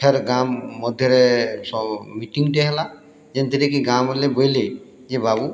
ଫେର୍ ଗାଁ ମଧ୍ୟରେ ମିଟିଂଟେ ହେଲା ଜେନ୍ଥିରେ କି ଗାଁବାଲେ ବଏଲେ ଯେ ବାବୁ